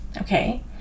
Okay